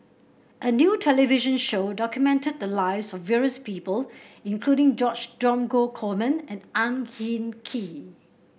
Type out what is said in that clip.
a new television show documented the lives of various people including George Dromgold Coleman and Ang Hin Kee